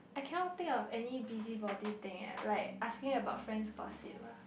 I cannot think of any busybody think eh like asking about friends gossip ah